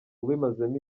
ubimazemo